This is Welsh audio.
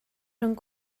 rhwng